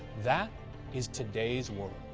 that is today's world.